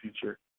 future